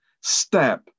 step